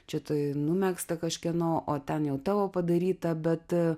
čia tai numegzta kažkieno o ten jau tavo padaryta bet